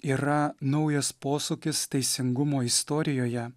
yra naujas posūkis teisingumo istorijoje